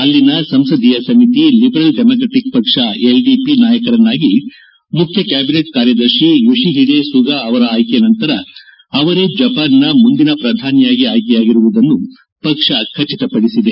ಅಲ್ಲಿಯ ಸಂಸದೀಯ ಸಮಿತಿ ಲಿಬರಲ್ ಡೆಮಾಕ್ರೆಟಿಕ್ ಪಕ್ಷ ಎಲ್ಡಿಪಿ ನಾಯಕರನ್ನಾಗಿ ಮುಖ್ಯ ಕ್ಞಾಬಿನೆಟ್ ಕಾರ್ಯದರ್ಶಿ ಯೊಶಿಹಿದೆ ಸುಗಾ ಅವರ ಆಯ್ಲೆ ನಂತರ ಅವರೇ ಜಪಾನ್ನ ಮುಂದಿನ ಪ್ರಧಾನಿಯಾಗಿ ಆಯ್ಕೆಯಾಗಿರುವುದನ್ನು ಪಕ್ಷ ಖಚಿತಪಡಿಸಿದೆ